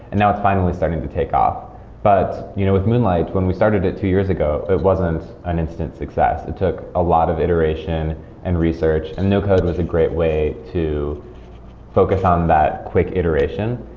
and now it's finally starting to take off but you know with moonlight, when we started it two years ago, it wasn't an instant success. it took a lot of iteration and research and no code was a great way to focus on that quick iteration,